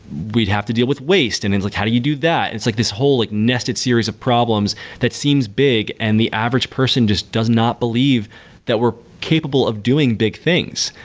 we'd have to deal with waste and it's like, how you do that? it's like this whole like nested series of problems that seems big and the average person just does not believe that we're capable of doing big things.